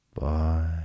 Bye